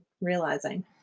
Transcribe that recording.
realizing